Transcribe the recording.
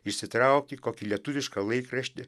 išsitrauki kokį lietuvišką laikraštį